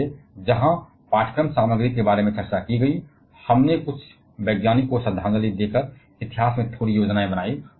इसलिए जहां पाठ्यक्रम सामग्री के बारे में चर्चा की गई हमने कुछ वैज्ञानिक को श्रद्धांजलि देकर इतिहास में थोड़ी योजना बनाई